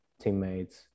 teammates